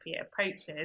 approaches